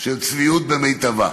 של צביעות במיטבה.